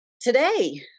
today